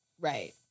Right